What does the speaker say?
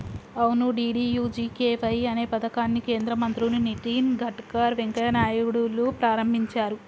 అవును డి.డి.యు.జి.కే.వై అనే పథకాన్ని కేంద్ర మంత్రులు నితిన్ గడ్కర్ వెంకయ్య నాయుడులు ప్రారంభించారు